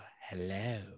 Hello